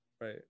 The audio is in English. right